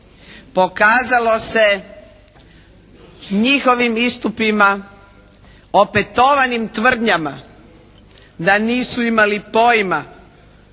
Pokazalo se njihovim istupima, opetovanim tvrdnjama da nisu imali pojma